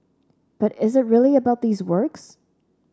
but is it really about these works